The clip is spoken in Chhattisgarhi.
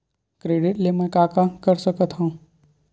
क्रेडिट ले मैं का का कर सकत हंव?